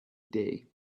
day